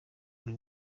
uri